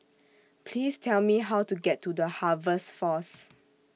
Please Tell Me How to get to The Harvest Force